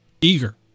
eager